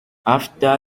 after